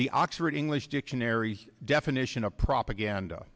the oxford english dictionary definition a propaganda